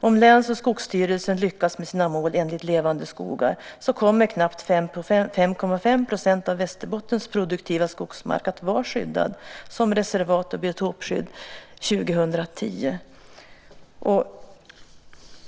Om läns och skogsstyrelserna lyckas med sina mål enligt Levande skogar kommer knappt 5,5 % av Västerbottens produktiva skogsmark att vara skyddad som reservat och biotopskydd 2010.